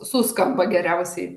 suskamba geriausiai